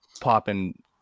popping